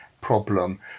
problem